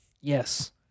Yes